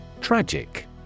Tragic